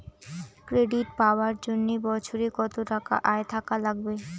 Credit পাবার জন্যে বছরে কত টাকা আয় থাকা লাগবে?